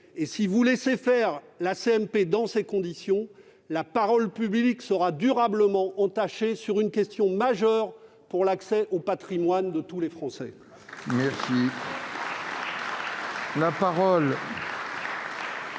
paritaire se dérouler dans ces conditions, la parole publique sera durablement entachée sur la question majeure de l'accès au patrimoine de tous les Français.